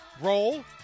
Roll